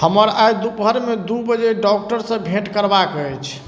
हमर आइ दुपहरिमे दू बजे डॉक्टरसँ भेँट करबाक अछि